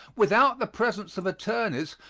without the presence of attorneys,